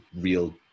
real